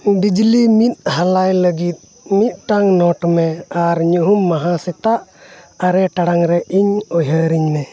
ᱵᱤᱡᱽᱞᱤ ᱢᱤᱫ ᱦᱟᱞᱟᱭ ᱞᱟᱹᱜᱤᱫ ᱢᱤᱫᱴᱟᱝ ᱱᱳᱴ ᱢᱮ ᱟᱨ ᱧᱩᱦᱩᱢ ᱢᱟᱦᱟ ᱥᱮᱛᱟᱜ ᱟᱨᱮ ᱴᱟᱲᱟᱝ ᱨᱮ ᱤᱧ ᱩᱭᱦᱟᱹᱨᱤᱧ ᱢᱮ